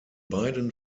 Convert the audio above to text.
beiden